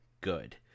good